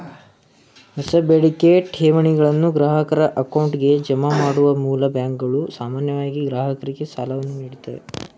ಹೊಸ ಬೇಡಿಕೆ ಠೇವಣಿಗಳನ್ನು ಗ್ರಾಹಕರ ಅಕೌಂಟ್ಗೆ ಜಮಾ ಮಾಡುವ ಮೂಲ್ ಬ್ಯಾಂಕ್ಗಳು ಸಾಮಾನ್ಯವಾಗಿ ಗ್ರಾಹಕರಿಗೆ ಸಾಲವನ್ನು ನೀಡುತ್ತೆ